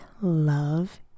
love